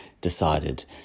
decided